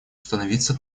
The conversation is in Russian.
установиться